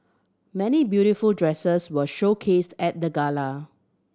many beautiful dresses were showcased at the gala